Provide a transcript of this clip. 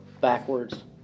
backwards